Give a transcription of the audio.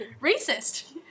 racist